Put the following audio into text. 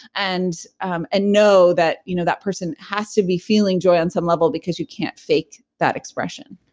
and um and know that, you know that person has to be feeling joy on some level because you can't fake that expression